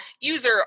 user